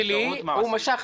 מחשב?